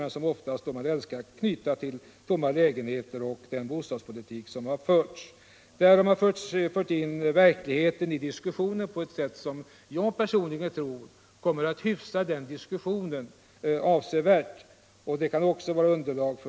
I allmänhet älskar man att knyta dem till den bostadspolitik som har förts. Här har verkligheten förts in i diskussionen på ett sätt som jag tror kommer att avsevärt hyfsa denna.